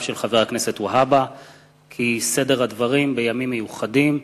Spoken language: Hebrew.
של חבר הכנסת והבה שסדר הדברים בימים מיוחדים,